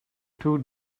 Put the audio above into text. two